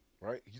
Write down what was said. Right